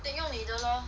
then 用你的 lor